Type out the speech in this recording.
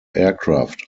aircraft